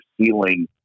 ceiling